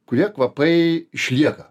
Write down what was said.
kurie kvapai išlieka